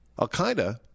Al-Qaeda